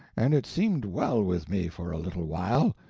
and it seemed well with me for a little while.